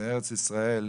בארץ ישראל,